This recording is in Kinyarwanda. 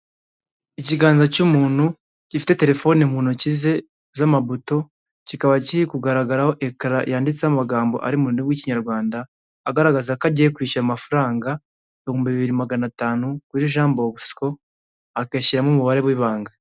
Ikiganza cy'umuntu gifite telefone mu ntoki ze z'amabuto kikaba kiri kugaragaraho ekara yanditseho amagambo arimo w'ikinyarwanda, agaragaza ko agiye kwishyura amafaranga ibihumbi bibiri magana atanu kuri Ja Mbosiko agashyiramo umubare w'ibanga.